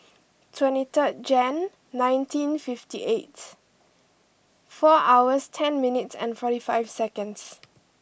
twenty third Jan nineteen fifty eight four hours ten minutes and forty five seconds